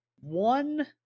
one